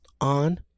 on